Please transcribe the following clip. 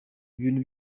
ibintu